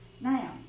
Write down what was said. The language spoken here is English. Now